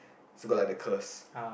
so got like the curse